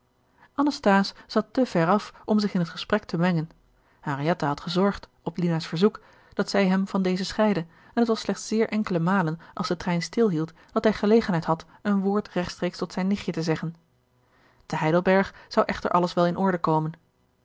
anasthase zat te ver af om zich in het gesprek te mengen henriette had gezorgd op lina's verzoek dat zij hem van deze scheidde en het was slechts zeer enkele malen als de trein stil hield dat hij gelegenheid had een woord rechtstreeks tot zijn nichtje te zeggen te heidelberg zou echter alles wel in orde komen